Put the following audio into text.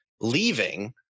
leaving